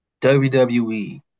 WWE